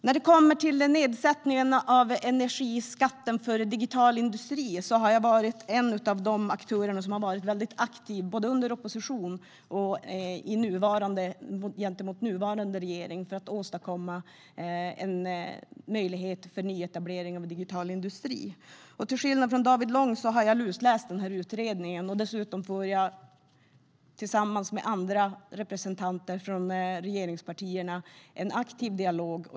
När det gäller nedsättningen av energiskatten för digital industri har jag varit en av de aktörer som har varit mycket aktiv, både under oppositionstiden och med nuvarande regering, för att åstadkomma en möjlighet för nyetablering av digital industri. Till skillnad från David Lång har jag lusläst denna utredning. Dessutom för jag, tillsammans med andra representanter från regeringspartierna, en aktiv dialog.